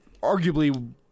arguably